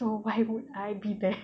so why would I be there